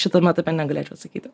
šitam etape negalėčiau atsakyti